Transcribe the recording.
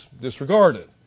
disregarded